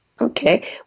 Okay